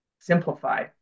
simplify